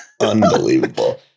Unbelievable